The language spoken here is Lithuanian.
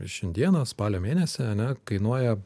šiandieną spalio mėnesį ane kainuoja